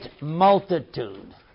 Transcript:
multitude